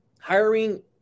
hiring